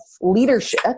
leadership